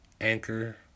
Anchor